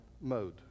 mode